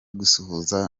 gusuhuza